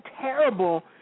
terrible